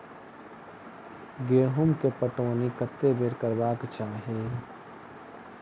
गेंहूँ केँ पटौनी कत्ते बेर करबाक चाहि?